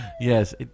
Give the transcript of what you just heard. Yes